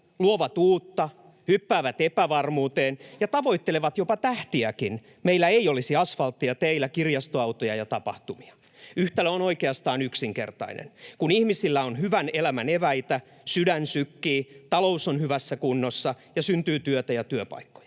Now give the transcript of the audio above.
luovat uutta, hyppäävät epävarmuuteen ja tavoittelevat jopa tähtiäkin, meillä ei olisi asfalttia teillä, kirjastoautoa ja tapahtumia. Yhtälö on oikeastaan yksinkertainen: kun ihmisillä on hyvän elämän eväitä, sydän sykkii, talous on hyvässä kunnossa ja syntyy työtä ja työpaikkoja,